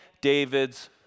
David's